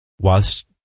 Whilst